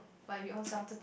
but you ownself